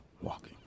walking